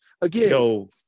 again